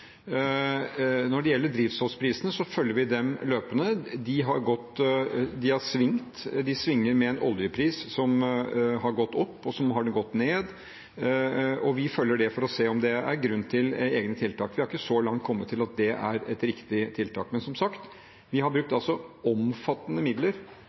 Når det gjelder drivstoffprisene, så følger vi dem løpende. De svinger med en oljepris som har gått opp, og som har gått ned, og vi følger det for å se om det er grunn til egne tiltak. Vi har ikke, så langt, kommet til at det er et riktig tiltak. Men som sagt har vi altså brukt omfattende midler,